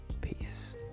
Peace